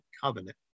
covenant